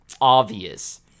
obvious